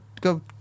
go